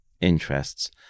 interests